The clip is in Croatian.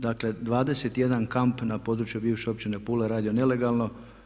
Dakle, 21 kamp na području bivše Općine Pula je radilo nelegalno.